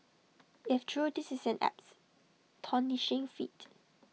if true this is an apps feat